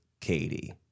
Katie